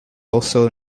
also